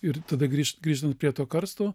ir tada grįžt grįžtant prie to karsto